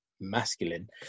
masculine